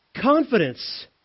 confidence